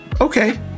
okay